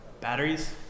Batteries